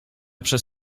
przez